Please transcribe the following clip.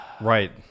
Right